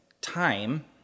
time